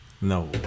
No